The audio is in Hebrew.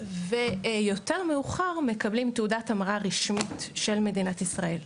ויותר מאוחר מקבלים תעודת המרה רשמית של מדינת ישראל,